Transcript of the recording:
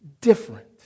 different